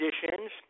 conditions